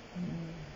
hmm